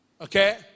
okay